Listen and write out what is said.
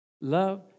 Love